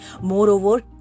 Moreover